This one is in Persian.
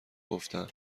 گفتم